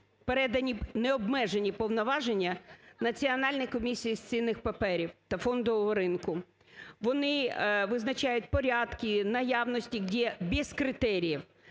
передані необмежені повноваження Національній комісії з цінних паперів та фондового ринку. Вони визначають порядки, наявності, где без критериев.